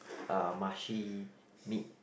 uh mushy meat